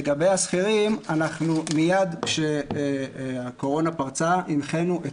לגבי השכירים אנחנו מיד כשהקורונה פרצה הנחינו את